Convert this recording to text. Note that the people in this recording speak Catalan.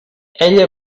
ella